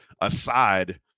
aside